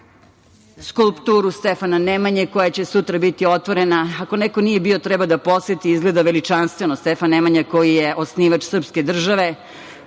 skulpturu Stefana Nemanje koja će sutra biti otvorena. Ako neko nije bio, treba da poseti, izgleda veličanstveno. Stefan Nemanja koji je osnivač srpske države,